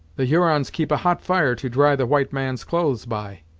the hurons keep a hot fire to dry the white man's clothes by.